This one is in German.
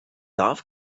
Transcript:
darf